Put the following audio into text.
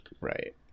right